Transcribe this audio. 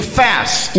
fast